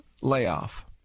layoff